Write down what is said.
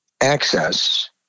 access